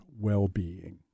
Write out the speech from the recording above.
well-being